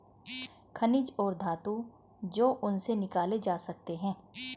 खनिज और धातु जो उनसे निकाले जा सकते हैं